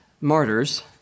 martyrs